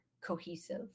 cohesive